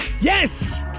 Yes